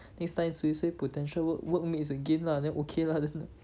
next time suay suay potential work work makes a gain lah then okay lah definite